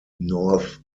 north